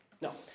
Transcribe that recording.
No